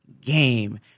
game